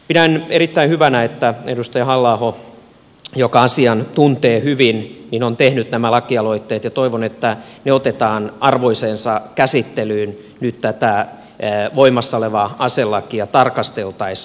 pidän erittäin hyvänä että edustaja halla aho joka asian tuntee hyvin on tehnyt nämä lakialoitteet ja toivon että ne otetaan arvoiseensa käsittelyyn nyt tätä voimassaolevaa aselakia tarkasteltaessa